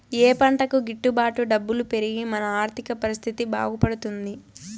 ఏ పంటకు గిట్టు బాటు డబ్బులు పెరిగి మన ఆర్థిక పరిస్థితి బాగుపడుతుంది?